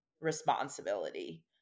responsibility